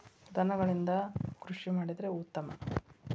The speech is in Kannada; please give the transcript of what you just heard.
ದನಗಳಿಂದ ಕೃಷಿ ಮಾಡಿದ್ರೆ ಉತ್ತಮ